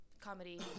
comedy